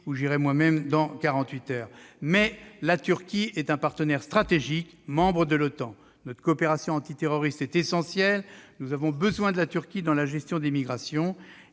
où j'irai moi-même dans quarante-huit heures. Mais la Turquie est un partenaire stratégique, membre de l'OTAN. Notre coopération antiterroriste est essentielle. Nous avons besoin de la Turquie dans la gestion des migrations.